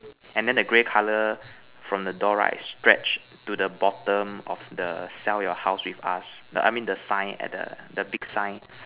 and then the grey color from the door right stretch to the bottom of the sell your house with us the I mean the sign at the big sign